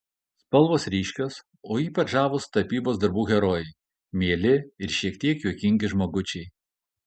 spalvos ryškios o ypač žavūs tapybos darbų herojai mieli ir šiek tiek juokingi žmogučiai